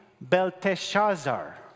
Belteshazzar